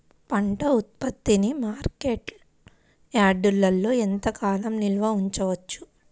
పంట ఉత్పత్తిని మార్కెట్ యార్డ్లలో ఎంతకాలం నిల్వ ఉంచవచ్చు?